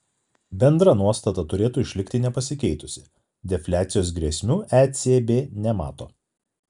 bendra nuostata turėtų išlikti nepasikeitusi defliacijos grėsmių ecb nemato